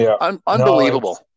unbelievable